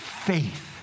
faith